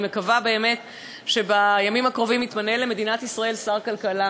אני מקווה שבימים הקרובים יתמנה למדינת ישראל שר כלכלה